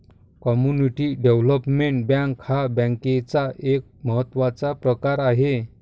community development bank हा बँकेचा एक महत्त्वाचा प्रकार आहे